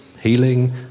healing